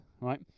right